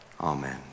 Amen